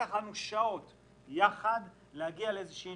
לקח לנו שעות יחד להגיע לאיזו שהיא